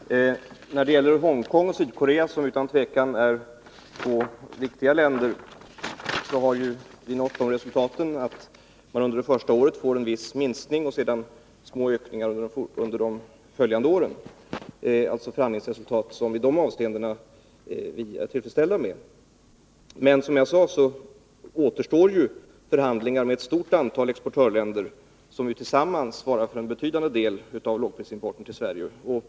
Herr talman! När det gäller Hongkong och Sydkorea, som utan tvivel är två viktiga länder, har vi nått de resultaten att vi under det första året får en viss minskning och under de följande åren små ökningar. Det är ett förhandlingsresultat som vi i de avseendena är tillfredsställda med. Men som jag sade återstår förhandlingar med ett stort antal exportörländer, som tillsammans svarar för en betydande del av lågprisimporten till Sverige.